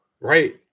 Right